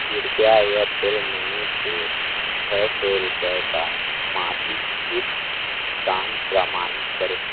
कृपया Airtel money से छः सौ रुपये का मासिक सिप भुगतान प्रमाणित करें